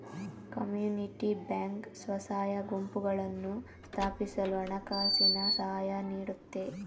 community bank ಸ್ವಸಹಾಯ ಗುಂಪುಗಳನ್ನು ಸ್ಥಾಪಿಸಲು ಹಣಕಾಸಿನ ಸಹಾಯ ನೀಡುತ್ತೆ